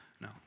No